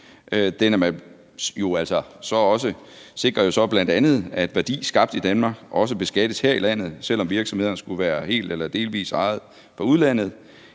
så altså bl.a. også, at værdi skabt i Danmark beskattes her i landet, selv om virksomhederne skulle være helt eller delvist ejet fra udlandet.